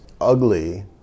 ugly